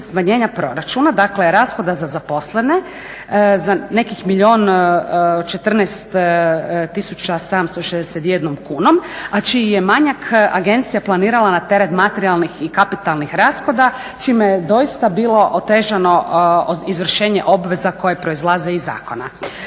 smanjenja proračuna, dakle rashoda za zaposlene za nekih milijun 14 tisuća 761 kunom, a čiji je manjak agencija planirala na teret materijalnih i kapitalnih rashoda čime je doista bilo otežano izvršenje obveza koja proizlaze iz zakona.